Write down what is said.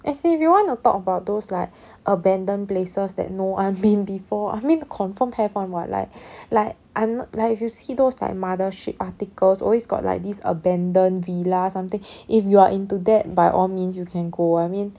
as in if you want to talk about those like abandoned places that no one been before I mean confirm have [one] [what] like like I'm like if you see those like mothership articles always got like this abandoned villa something if you are into that by all means you can go I mean